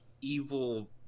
evil